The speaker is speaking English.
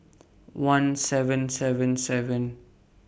one seven seven seven